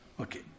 Okay